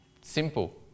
Simple